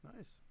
Nice